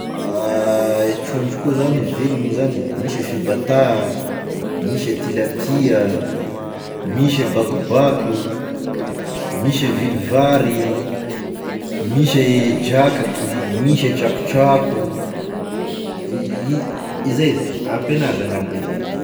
Trondro koa zany, e vily moa zany: misy e fibatà, misy e tilapia, misy e bakobako, misy e vilivary, misy e drakaky, misy e trakotrako, i- izay e, ampy anazy angamba izay.